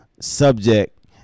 subject